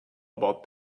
about